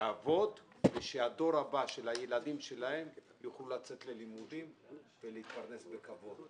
לעבוד ושהדור הבא של הילדים להם יוכל לצאת ללימודים ולהתפרנס בכבוד.